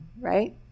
right